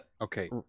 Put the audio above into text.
okay